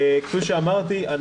כפי שאמרתי,